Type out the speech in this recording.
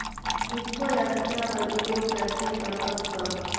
ईफको ल कतना बर उपयोग करथे और कब कब?